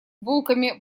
булками